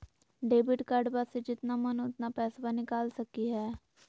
Debit कार्डबा से जितना मन उतना पेसबा निकाल सकी हय?